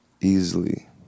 Easily